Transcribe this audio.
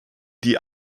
die